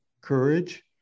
courage